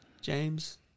James